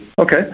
Okay